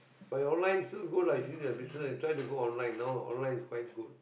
but you online still good lah since the business you try to go online now online is quite good